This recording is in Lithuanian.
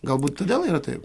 galbūt todėl yra taip